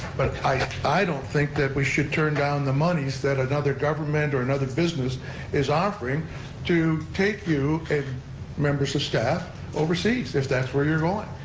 but i i don't think that we should turn down the moneys that another government or another business is offering to take you and members of staff overseas, if that's where you're going.